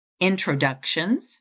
introductions